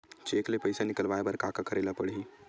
Cheque ले पईसा निकलवाय बर का का करे ल पड़हि?